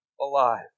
alive